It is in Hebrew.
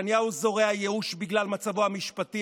נתניהו זורע ייאוש בגלל מצבו המשפטי,